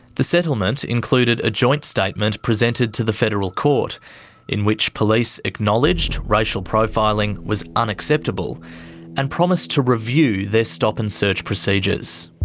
the settlement included a joint-statement presented to the federal court in which police acknowledged racial profiling was unacceptable and promised to review their stop and search procedures.